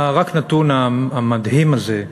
רק הנתון המדהים הזה,